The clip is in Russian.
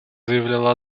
заявляла